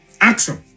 Action